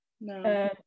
no